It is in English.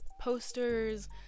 posters